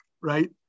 right